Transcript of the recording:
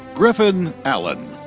griffin allen.